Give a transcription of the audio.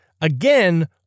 Again